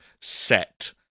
set